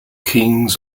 kings